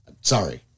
Sorry